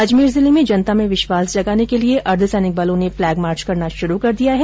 अजमेर जिले में जनता में विश्वास जगाने के लिए अर्द्वसैनिक बलों ने फलैगमार्च करना शुरू कर दिया है